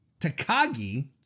Takagi